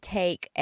take